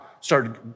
started